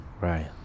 Right